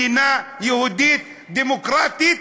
מדינה יהודית דמוקרטית